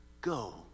Go